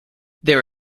there